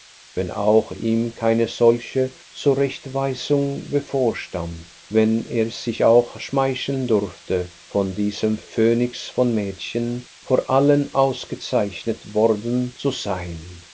wenn auch ihm keine solche zurechtweisung bevorstand wenn er sich auch schmeicheln durfte von diesem phönix von mädchen vor allen ausgezeichnet worden zu sein